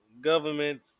government